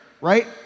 right